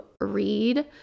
read